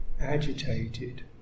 agitated